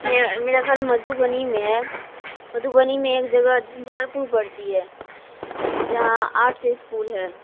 میرا میرا گھر مدھوبنی میں ہے مدھوبنی میں ایک جگہ جھنجھار پور پڑتی ہے جہاں آرٹس اسکول ہے